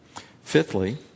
Fifthly